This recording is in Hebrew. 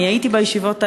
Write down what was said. אני הייתי בישיבות האלה,